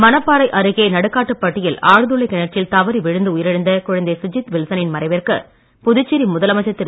மணப்பாறை அருகே நடுக்காட்டுப்பட்டியில் ஆழ்துளை கிணற்றில் தவறி விழுந்து உயிரிழந்த குழந்தை சுஜித் வில்சனின் மறைவிற்கு புதுச்சேரி முதலமைச்சர் திரு